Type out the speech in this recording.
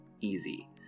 easy